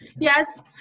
Yes